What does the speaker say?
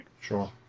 Sure